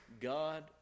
God